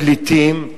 פליטים,